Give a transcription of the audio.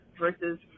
Versus